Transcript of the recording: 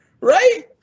right